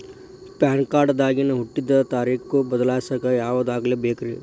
PAN card ದಾಗಿನ ಹುಟ್ಟಿದ ತಾರೇಖು ಬದಲಿಸಾಕ್ ಯಾವ ದಾಖಲೆ ಬೇಕ್ರಿ?